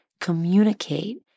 communicate